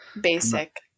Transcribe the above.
Basic